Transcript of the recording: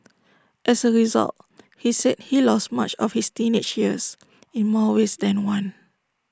as A result he said he lost much of his teenage years in more ways than one